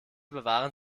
bewahren